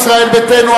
ישראל ביתנו,